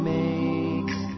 makes